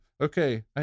okay